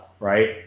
right